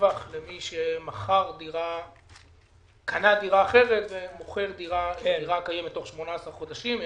שבח למי שקנה דירה ומכר דירה קיימת תוך 18 חודשים.